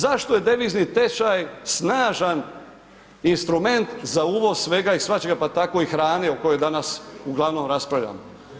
Zašto je devizni tečaj snažan instrument za uvoz svega i svačega, pa tako i hrane o kojoj danas uglavnom raspravljamo?